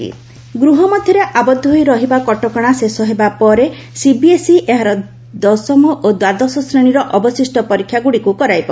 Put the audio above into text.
CBSE exam ଗୃହ ମଧ୍ୟରେ ଆବଦ୍ଧ ହୋଇ ରହିବା କଟକଣା ଶେଷ ହେବା ପରେ ସିବିଏସ୍ଇ ଏହାର ଦଶମ ଓ ଦ୍ୱାଦଶ ଶ୍ରେଣୀର ଅବଶିଷ୍ଟ ପରୀକ୍ଷାଗୁଡ଼ିକୁ କରାଇବ